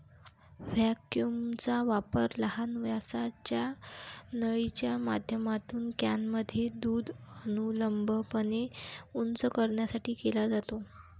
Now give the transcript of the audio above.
व्हॅक्यूमचा वापर लहान व्यासाच्या नळीच्या माध्यमातून कॅनमध्ये दूध अनुलंबपणे उंच करण्यासाठी केला जातो